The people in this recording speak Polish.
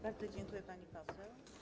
Bardzo dziękuję, pani poseł.